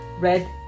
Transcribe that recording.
Red